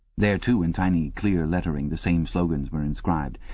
there, too, in tiny clear lettering, the same slogans were inscribed,